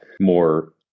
more